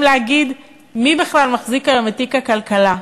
להגיד מי בכלל מחזיק בה היום את תיק הכלכלה,